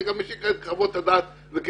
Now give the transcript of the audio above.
כמו שמתגלעת מחלוקת לפעמים בבית המשפט.